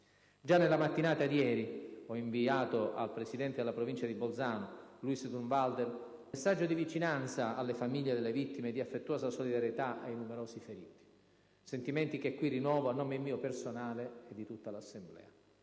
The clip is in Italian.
Già nella mattinata di ieri ho inviato al presidente della Provincia di Bolzano Luis Durnwalder un messaggio di vicinanza alle famiglie delle vittime e di affettuosa solidarietà ai numerosi feriti. Sentimenti che qui rinnovo, a nome mio personale e di tutta l'Assemblea.